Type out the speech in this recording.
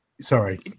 Sorry